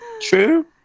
True